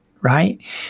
Right